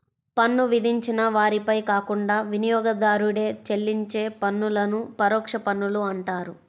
పన్ను విధించిన వారిపై కాకుండా వినియోగదారుడే చెల్లించే పన్నులను పరోక్ష పన్నులు అంటారు